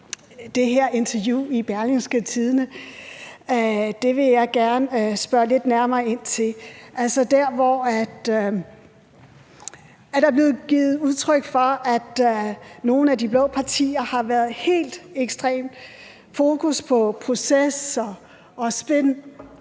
det her interview i Berlingske, og jeg vil gerne spørge lidt nærmere ind til dér, hvor der er blevet givet udtryk for, at nogle af de blå partier har haft helt ekstremt fokus på proces og spin